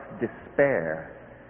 despair